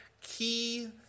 key